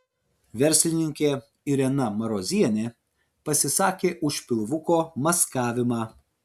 verslininkė irena marozienė pasisakė už pilvuko maskavimą